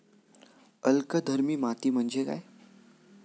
अल्कधर्मी माती म्हणजे काय?